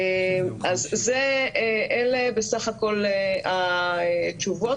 אלה התשובות.